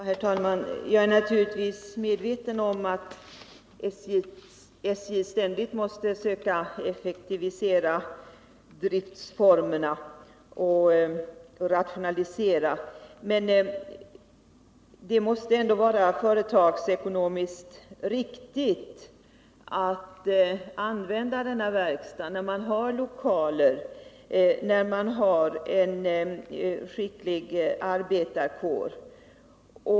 Herr talman! Jag är naturligtvis medveten om att SJ ständigt måste söka anpassa driftsformerna och rationalisera, men det måste vara företagsekonomiskt riktigt att använda denna verkstad, där man har lokaler och en skicklig arbetarkår.